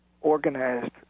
organized